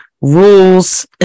rules